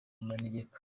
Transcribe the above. manegeka